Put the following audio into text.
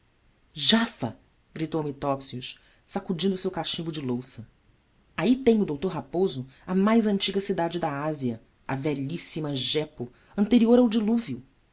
santo jafa gritou me topsius sacudindo o seu cachimbo de louça aí tem o d raposo a mais antiga cidade da ásia a velhíssima jepo anterior ao dilúvio